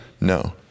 No